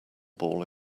ball